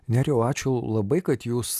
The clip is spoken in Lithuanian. nerijau ačiū labai kad jūs